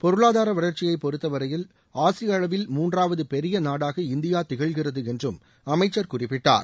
பொருளாதார வளர்ச்சியை பொறுத்தவரையில் ஆசிய அளவில் மூன்றாவது பெரிய நாடாக இந்தியா திகழ்கிறது என்றும் அமைச்சர் குறிப்பிட்டார்